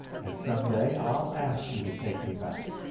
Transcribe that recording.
and some day i'll ask you to take me back,